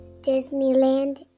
Disneyland